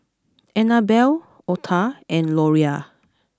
Annabel Otha and Loria